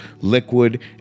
liquid